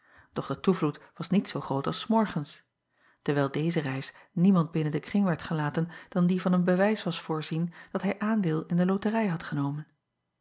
doch de toevloed was niet zoo groot als s morgens dewijl deze reis niemand binnen den kring werd gelaten dan die van een bewijs was voorzien dat hij aandeel in de loterij had genomen